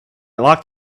locked